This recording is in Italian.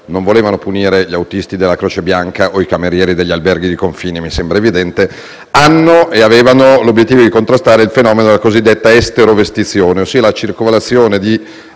non volevano punire gli autisti della Croce Bianca o i camerieri degli alberghi di confine - mi sembra evidente - ma avevano e hanno l'obiettivo di contrastare il fenomeno della cosiddetta esterovestizione, ossia la circolazione di